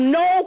no